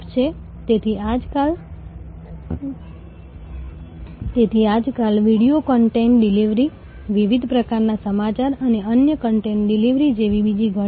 સંભવિત અને વાસ્તવિક મૂલ્ય વચ્ચેનું અંતર એ જાણવા માટે કે આપણે મૂળભૂત રીતે દરેક લક્ષ્ય ખંડમાં ગ્રાહકનું વર્તમાન ખરીદ વર્તન શું છે તે શોધવાનું છે